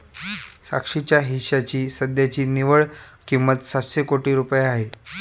साक्षीच्या हिश्श्याची सध्याची निव्वळ किंमत सातशे कोटी रुपये आहे